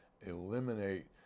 eliminate